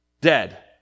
dead